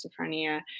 schizophrenia